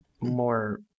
more